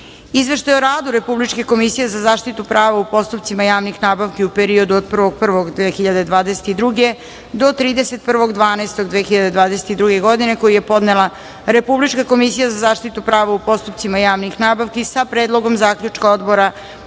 Izveštaj o radu Republičke komisije za zaštitu prava u postupcima javnih nabavki u periodu od 01. 01. 2022. do 31. 12. 2022. godine, koji je podnela Republička komisija za zaštitu prava u postupcima javnih nabavki, sa Predlogom zaključka Odbora